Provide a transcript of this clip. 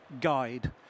guide